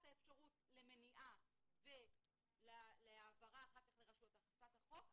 האפשרות למניעה ולהעברה אחר כך לרשויות אכיפת החוק,